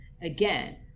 again